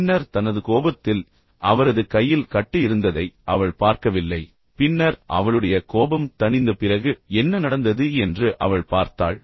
பின்னர் தனது கோபத்தில் அவரது கையில் கட்டு இருந்ததை அவள் பார்க்கவில்லை பின்னர் அவளுடைய கோபம் தணிந்த பிறகு என்ன நடந்தது என்று அவள் பார்த்தாள்